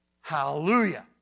Hallelujah